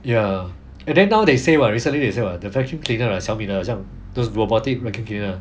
ya and then now they say right recently they say what the vacuum cleaner 的 xiaomi 的好像 those robotic vacuum cleaner